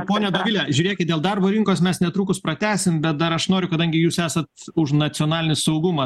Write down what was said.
ponia dovile žiūrėkit dėl darbo rinkos mes netrukus pratęsim bet dar aš noriu kadangi jūs esat už nacionalinį saugumą